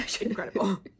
Incredible